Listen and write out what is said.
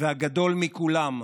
והגדול מכולם,